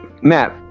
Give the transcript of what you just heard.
Matt